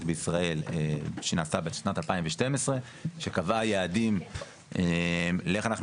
בישראל שנעשתה בשנת 2012 שקבעה יעדים לאיך אנחנו